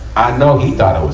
i know he thought it was